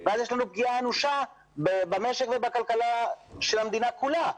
אז יש פגיעה אנושה במשק ובכלכלת המדינה כולה.